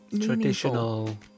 traditional